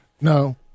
No